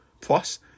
Plus